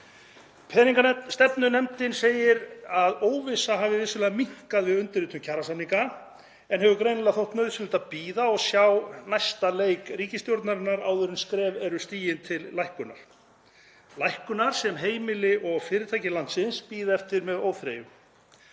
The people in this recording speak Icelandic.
Peningastefnunefndin segir að óvissa hafi vissulega minnkað við undirritun kjarasamninga en hefur greinilega þótt nauðsynlegt að bíða og sjá næsta leik ríkisstjórnarinnar áður en skref eru stigin til lækkunar, lækkunar sem heimili og fyrirtæki landsins bíða eftir með óþreyju.